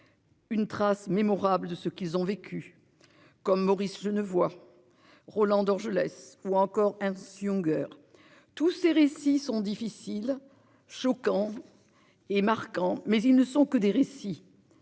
Une trace mémorable de ce qu'ils ont vécu comme Maurice Genevoix Roland Dorgelès ou encore ainsi Unger tous ces récits sont difficiles choquant. Et marquant mais ils ne sont que des récits.